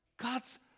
God's